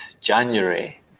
January